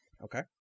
Okay